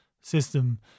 system